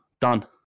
done